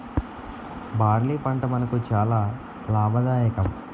barley పంట మనకు చాలా లాభదాయకం